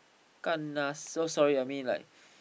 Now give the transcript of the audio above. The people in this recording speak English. kanna so sorry I mean like